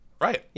Right